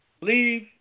leave